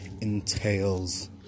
entails